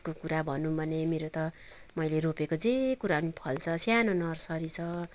अर्को कुरा भनूँ भने मेरो त मैले रोपेको जे कुरा नि फल्छ सानो नर्सरी छ